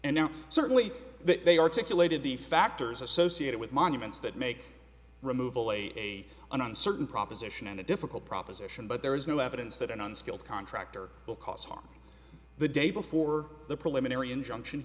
now certainly that they articulated the factors associated with monuments that make removal a an uncertain proposition and a difficult proposition but there is no evidence that an unskilled contractor will cause harm the day before the preliminary injunction